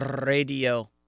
radio